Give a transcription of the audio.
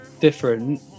different